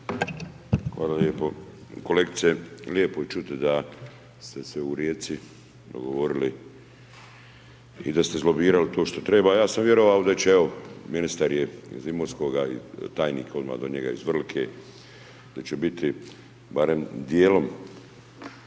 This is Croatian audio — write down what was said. Hvala lijepo. Kolegice, lijepo je čut da ste se u Rijeci dogovorili i da ste izlobirali to što treba, a ja sam vjerovao da će evo ministar je iz Imotskoga i tajnik odmah do njega iz Vrlike, da će biti barem dijelom